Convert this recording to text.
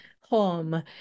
home